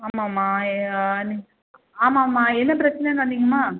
ஆமாம்மா ஆமாம்மா என்ன பிரச்சினன்னு வந்திங்கம்மா